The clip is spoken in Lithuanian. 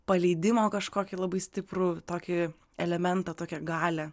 paleidimo kažkokį labai stiprų tokį elementą tokią galią